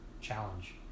challenge